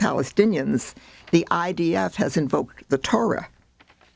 palestinians the i d f has invoked the torah